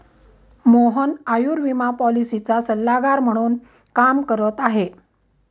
मोहन आयुर्विमा पॉलिसीचा सल्लागार म्हणून काम करत आहे